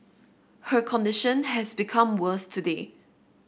her condition has become worse today